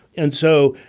and so,